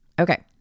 Okay